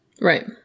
Right